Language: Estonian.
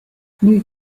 nüüd